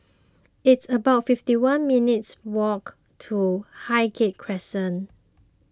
it's about fifty one minutes' walk to Highgate Crescent